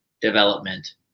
development